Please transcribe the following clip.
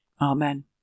Amen